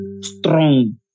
strong